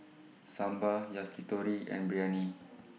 Sambar Yakitori and Biryani